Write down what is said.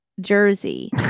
jersey